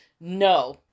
No